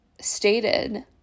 stated